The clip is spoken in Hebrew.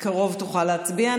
בקרוב תוכל להצביע,